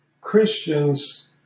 Christians